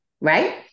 right